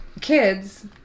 kids